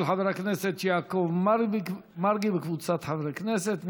של חבר הכנסת יעקב מרגי וקבוצת חברי הכנסת.